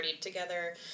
together